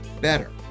better